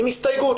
עם הסתייגות,